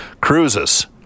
cruises